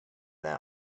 their